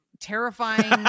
terrifying